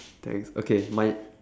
thanks okay my